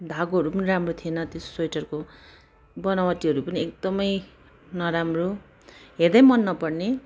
धागोहरू पनि राम्रो थिएन त्यो स्वेटरको बनावटीहरू पनि एकदमै नराम्रो हेर्दै मन न पर्ने